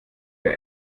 der